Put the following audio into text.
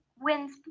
winds